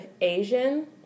Asian